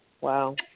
Wow